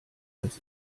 als